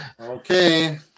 Okay